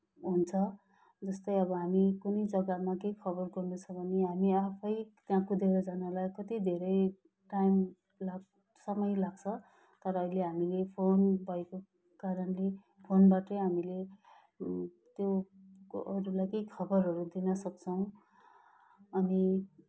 हुन्छ जस्तै अब हामी कुनै जग्गामा केही खबर गर्नु छ भने हामी आफै त्यहाँ कुदेर जानलाई कति धेरै टाइम लाग समय लाग्छ तर अहिले हामीले फोन भएको कारणले फोनबाटै हामीले त्यो उयोहरूलाई केही खबरहरू दिनसक्छौँ अनि